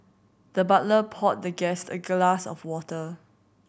the butler poured the guest a glass of water